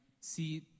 see